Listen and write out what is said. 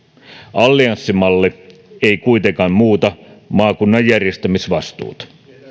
allianssimalli ei kuitenkaan muuta maakunnan järjestämisvastuuta